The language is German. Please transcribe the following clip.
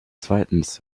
zweitens